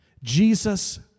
Jesus